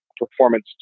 Performance